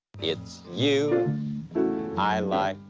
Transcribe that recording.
it's you i like.